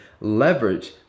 leverage